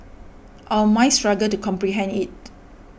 our minds struggle to comprehend it